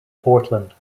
portland